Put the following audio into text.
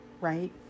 right